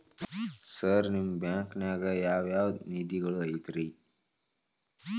Sir ನಿಮ್ಮ ಬ್ಯಾಂಕನಾಗ ಯಾವ್ ಯಾವ ನಿಧಿಗಳು ಐತ್ರಿ?